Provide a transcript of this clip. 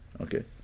okay